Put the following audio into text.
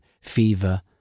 Fever